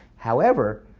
however,